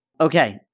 Okay